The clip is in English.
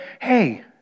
hey